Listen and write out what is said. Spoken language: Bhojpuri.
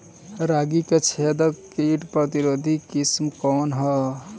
रागी क छेदक किट प्रतिरोधी किस्म कौन ह?